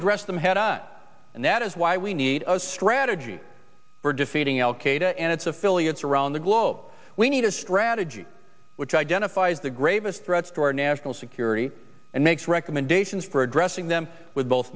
address them head on and that is why we need a strategy for defeating al qaeda and its affiliates around the globe we need a strategy which identifies the greatest threats to our national security and makes recommendations for addressing them with both